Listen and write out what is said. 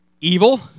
evil